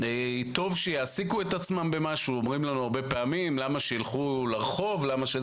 ושטוב שהם יעסיקו עצמם במשהו ושלא ילכו לרחוב.